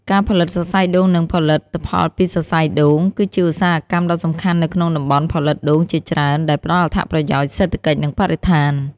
ការផលិតសរសៃដូង និងផលិតផលពីសរសៃដូង គឺជាឧស្សាហកម្មដ៏សំខាន់នៅក្នុងតំបន់ផលិតដូងជាច្រើន ដែលផ្តល់អត្ថប្រយោជន៍សេដ្ឋកិច្ច និងបរិស្ថាន។